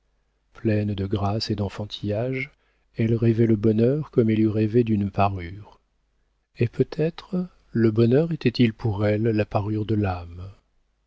pleine de grâces et d'enfantillage elle rêvait le bonheur comme elle eût rêvé d'une parure et peut-être le bonheur était-il pour elle la parure de l'âme